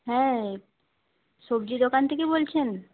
হ্যাঁ সবজি দোকান থেকে বলছেন